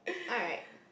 alright